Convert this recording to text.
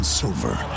silver